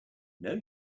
know